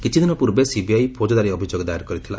କିଛିଦିନ ପୂର୍ବେ ସିବିଆଇ ଫୌଜଦାରୀ ଅଭିଯୋଗ ଦାଏର କରିଥିଲା